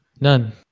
None